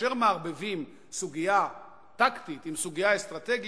כאשר מערבבים סוגיה טקטית עם סוגיה אסטרטגית,